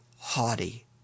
haughty